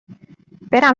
برم